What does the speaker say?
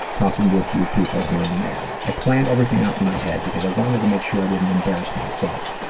talking to a few people here and there. i planned everything out in my head because i wanted to make sure i didn't embarrass myself.